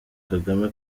kagame